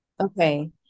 okay